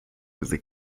desde